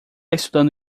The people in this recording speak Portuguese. estudando